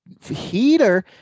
heater